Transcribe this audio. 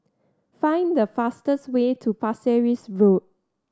find the fastest way to Pasir Ris Road